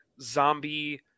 zombie